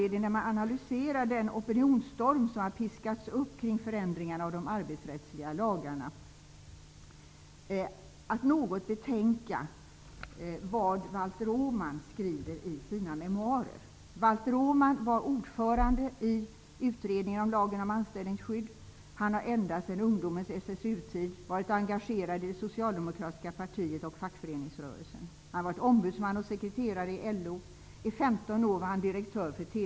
När man analyserar den opinionsstorm som har piskats upp kring förändringarna kring de arbetsrättsliga lagarna, finns det anledning att något betänka det som Valter Åman skriver i sina memoarer. Valter Åman var ordförande i utredningen om Lagen om anställningsskydd. Han har ända sedan sin ungdomstid i SSU varit engagerad i det socialdemokratiska partiet och i fackföreningsrörelsen. Han har varit ombudsman och sekreterare i LO. I 15 år var han direktör för TCO.